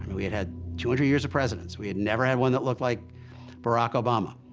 we had had two hundred years of presidents. we had never had one that looked like barack obama.